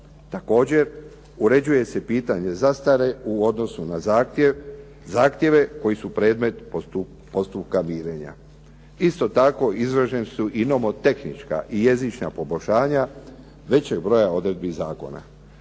Također, uređuje se pitanje zastare u odnosu na zahtjeve koji su predmet postupka mirenja. Isto tako, izražena su i nomotehnička i jezična poboljšanja većeg broja odredbi zakona.